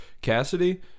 Cassidy